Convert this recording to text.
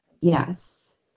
Yes